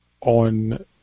on